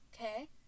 Okay